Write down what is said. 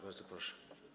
Bardzo proszę.